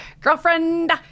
girlfriend